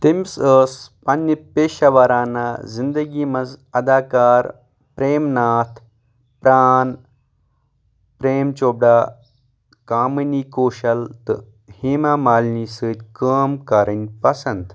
تٔمِس ٲس پننِہِ پیشورانا زندگی منٛز اداکار پرٛیم ناتھ پرٛان پرٛیم چوپڑا کامنی کوشل تہٕ ہیما مالنی سۭتۍ کٲم کرٕنۍ پسنٛد